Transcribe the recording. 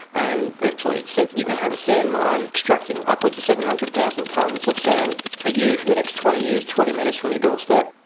and virtually said, you're going to have a sand mine extracting upwards of seven hundred thousand tonnes of sand a year for the next twenty years, twenty metres from your doorstep.